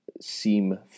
seem